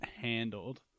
handled